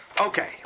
Okay